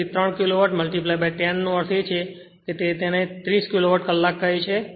તેથી 3 કિલોવોટ 10 નો અર્થ છે કે તેને 30 કિલોવોટ કલાક કહે છે